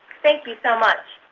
thank you so much.